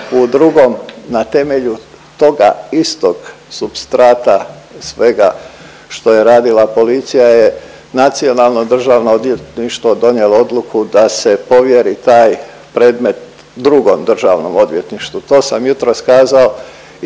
u drugom na temelju toga istog supstrata svega što je radila policija je Nacionalno državno odvjetništvo donijelo odluku da se povjeri taj predmet drugom državnom odvjetništvu. To sam jutros kazao